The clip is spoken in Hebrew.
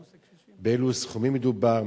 3. באילו סכומים מדובר?